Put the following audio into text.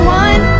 one